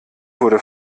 wurde